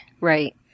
Right